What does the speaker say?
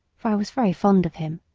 for i was very fond of him.